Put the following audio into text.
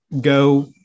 go